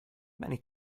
many